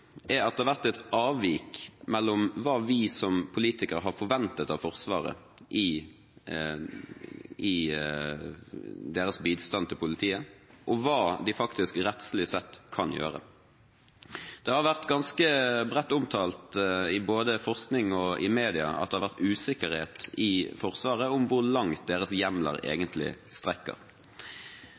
er at det har vært et avvik mellom hva vi som politikere har forventet av Forsvaret i deres bistand til politiet, og hva de faktisk rettslig sett kan gjøre. Det har vært ganske bredt omtalt både i forskning og i media at det har vært usikkerhet i Forsvaret om hvor langt deres hjemler egentlig strekker